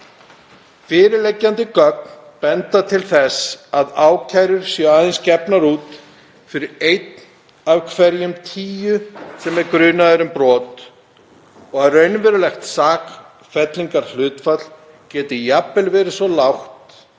Fyrirliggjandi gögn benda til þess að ákærur séu aðeins gefnar út fyrir einn af hverjum tíu sem er grunaður um brot og að raunverulegt sakfellingarhlutfall geti jafnvel verið svo lágt